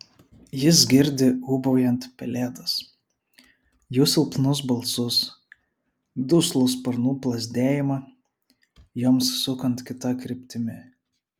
jis girdi ūbaujant pelėdas jų silpnus balsus duslų sparnų plazdėjimą joms sukant kita kryptimi